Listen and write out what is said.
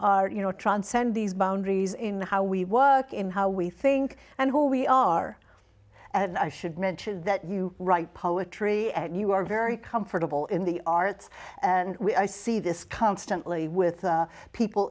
are you know transcend these boundaries in how we work in how we think and who we are and i should mention that you write poetry and you are very comfortable in the arts and i see this constantly with people